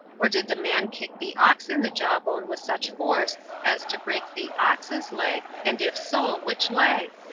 or did the man kick the ox in the jawbone with such force as to break the ox's leg, and, if so, which leg?